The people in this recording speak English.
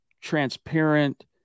transparent